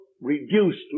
reduced